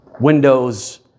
windows